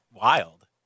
wild